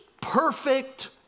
perfect